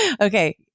okay